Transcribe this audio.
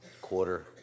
quarter